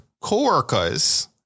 coworkers